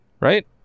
Right